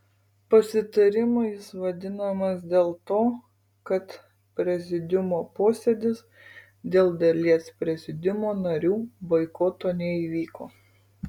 pasitarimu jis vadinamas dėl to kad prezidiumo posėdis dėl dalies prezidiumo narių boikoto neįvyko